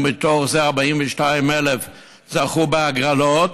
ומתוך זה 42,000 זכו בהגרלות,